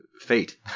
fate